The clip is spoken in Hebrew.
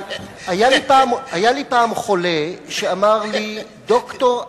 היה לי פעם חולה שאמר לי: דוקטור,